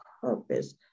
purpose